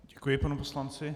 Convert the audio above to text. Děkuji pnu poslanci.